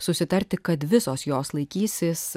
susitarti kad visos jos laikysis